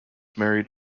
married